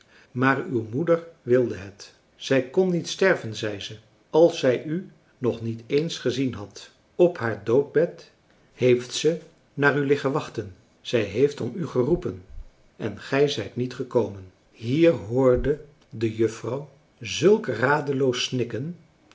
maar uw moeder wilde het zij kon niet sterven zei ze als zij u nog niet eens gezien had op haar françois haverschmidt familie en kennissen en juffrouw pippeling had haar eenen voet al op de trap françois haverschmidt familie en kennissen doodbed heeft ze naar u liggen wachten zij heeft om u geroepen en gij zijt niet gekomen hier hoorde de juffrouw zulk radeloos